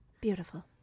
Beautiful